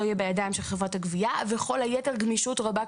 יהיה בידיים של חברת הגבייה וכל היתר גמישות רבה,